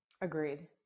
Agreed